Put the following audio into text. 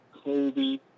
Kobe